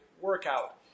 workout